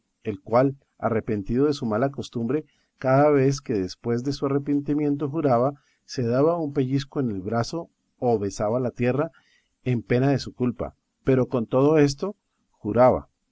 el cual arrepentido de su mala costumbre cada vez que después de su arrepentimiento juraba se daba un pellizco en el brazo o besaba la tierra en pena de su culpa pero con todo esto juraba